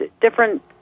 different